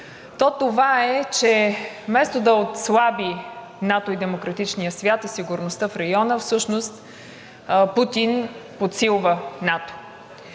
то това е, че вместо да отслаби НАТО и демократичния свят, и сигурността в района, всъщност Путин подсилва НАТО.